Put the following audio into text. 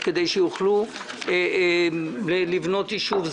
אנחנו מודים לקדוש ברוך הוא על זה שלא היו נפגעים בנפש.